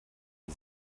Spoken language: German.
die